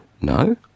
No